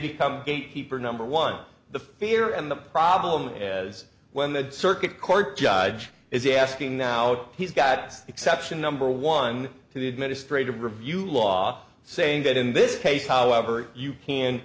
become gatekeeper number one the fear and the problem as when the circuit court judge is asking now he's got exception number one to the administrative review law saying that in this case however you can